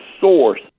source